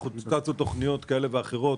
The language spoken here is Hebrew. צצו תוכניות כאלה ואחרות,